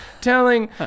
telling